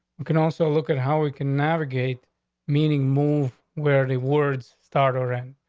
we can also look at how we can navigate meaning move where the words start around.